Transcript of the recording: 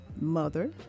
mother